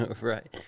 right